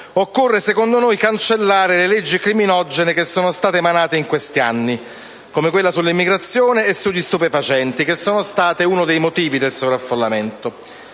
Occorre, secondo noi, cancellare le leggi criminogene che sono state adottate in questi anni, come quelle sull'immigrazione e sugli stupefacenti, e che sono state uno dei motivi del sovraffollamento: